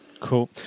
Cool